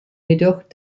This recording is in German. jedoch